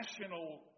national